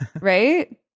right